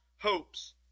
hopes